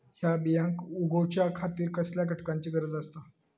हया बियांक उगौच्या खातिर कसल्या घटकांची गरज आसता?